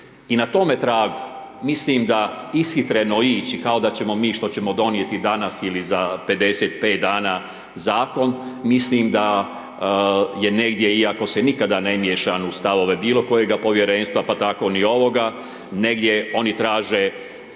I na tome tragu, mislim da ishitreno ići kao da ćemo mi, što ćemo donijeti danas ili za 55 dana zakon, mislim da je negdje, iako se nikada ne miješam u stavove bilo kojega povjerenstva, pa tako ni ovoga, negdje oni traže